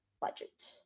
budget